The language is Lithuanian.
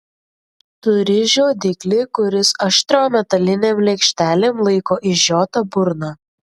turi žiodiklį kuris aštriom metalinėm lėkštelėm laiko išžiotą burną